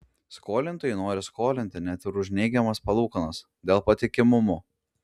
skolintojai nori skolinti net ir už neigiamas palūkanas dėl patikimumo